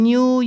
New